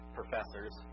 professors